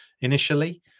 initially